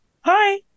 hi